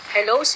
Hello